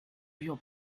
your